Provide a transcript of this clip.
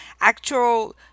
actual